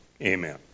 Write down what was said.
Amen